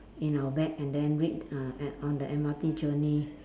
in our bag and then read uh at on the M_R_T journey